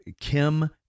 Kim